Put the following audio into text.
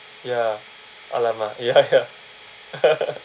ya !alamak! ya ya